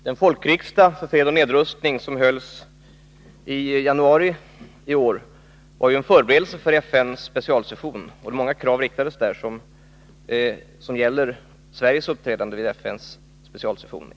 Herr talman! Den folkriksdag för fred och nedrustning som hölls i januari i år var en förberedelse för FN:s specialsession. Där framfördes många krav som gäller Sveriges uppträdande vid just FN:s specialsession.